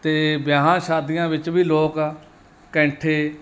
ਅਤੇ ਵਿਆਹਾਂ ਸ਼ਾਦੀਆਂ ਵਿੱਚ ਵੀ ਲੋਕ ਕੈਂਠੇ